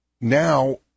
now